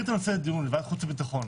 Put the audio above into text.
את הנושא לדיון בוועדת חוץ וביטחון,